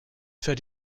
für